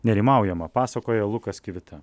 nerimaujama pasakoja lukas kivita